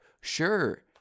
sure